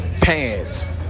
pants